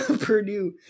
Purdue